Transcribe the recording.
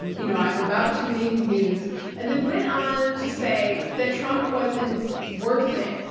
and you know, i'm about to make news and then went on to say that trump wasn't worth it.